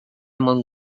mon